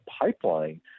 pipeline